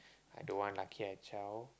I don't want lucky i zao